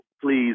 Please